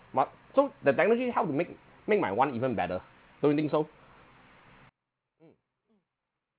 but so the technology help to make make my want even better don't you think so